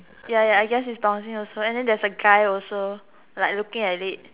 ya ya I guess it's bouncing also and then there's a guy also like looking at it